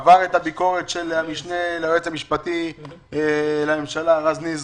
עבר את הביקורת של המשנה ליועץ המשפטי לממשלה רז ניזרי,